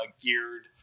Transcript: geared